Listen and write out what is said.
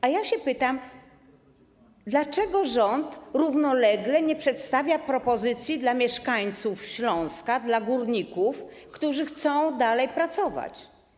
A ja się pytam: Dlaczego rząd równolegle nie przedstawia propozycji dla mieszkańców Śląska, dla górników, którzy chcą dalej pracować?